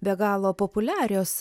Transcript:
be galo populiarios